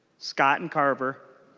scott and carver.